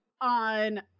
on